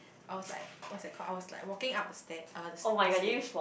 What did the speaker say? I was like what's that called I was like walking up the stair uh the st~ the stage